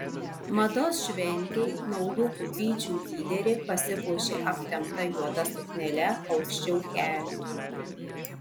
mados šventei naujų pupyčių lyderė pasipuošė aptempta juoda suknele aukščiau kelių